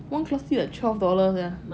one class tee was like twelve dollars ya